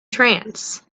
trance